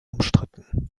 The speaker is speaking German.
umstritten